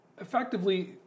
effectively